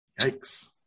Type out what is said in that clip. Yikes